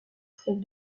celle